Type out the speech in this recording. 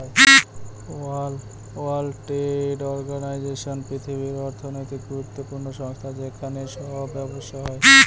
world Trade Organization পৃথিবীর অর্থনৈতিক গুরুত্বপূর্ণ সংস্থা যেখানে সব ব্যবসা হয়